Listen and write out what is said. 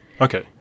Okay